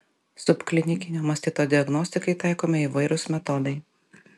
subklinikinio mastito diagnostikai taikomi įvairūs metodai